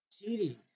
cheating